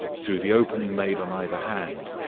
through the opening made on either hand,